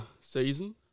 season